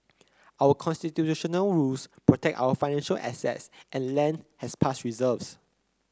our Constitutional rules protect our financial assets and land has past reserves